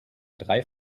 drei